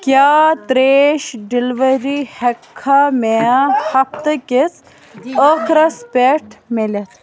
کیٛاہ ترٛیش ڈِلؤری ہیٚکہٕ کھا مےٚ ہفتہٕ کِس ٲخرَس پٮ۪ٹھ میلِتھ